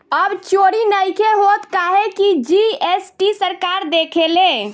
अब चोरी नइखे होत काहे की जी.एस.टी सरकार देखेले